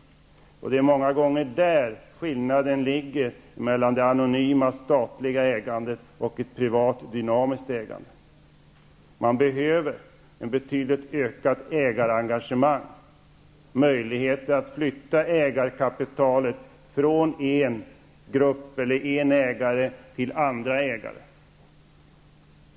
Det är just i det avseendet som det många gånger finns en skillnad mellan det anonyma statliga ägandet och det privata dynamiska ägandet. Det behövs ett betydligt större ägarengagemang samt möjligheter att flytta ägarkapitalet från en grupp eller en ägare till andra ägare.